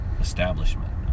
establishment